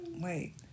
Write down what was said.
Wait